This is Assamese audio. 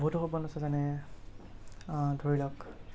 বহুতো সপোন আছে যেনে ধৰি লওক